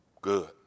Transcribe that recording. Good